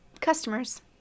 Customers